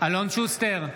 אלון שוסטר,